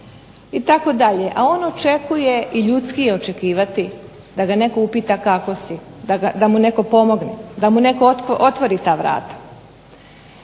itd. A on očekuje, i ljudski je očekivati, da ga netko upita kako si, da mu netko pomogne, da mu netko otvori ta vrata.